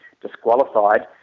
disqualified